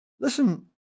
Listen